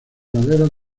laderas